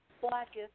blackest